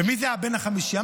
ומי זה הבן החמישי?